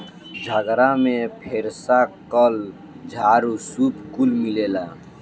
झगड़ा में फेरसा, कल, झाड़ू, सूप कुल मिलेला